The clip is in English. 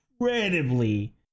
incredibly